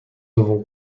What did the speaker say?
avons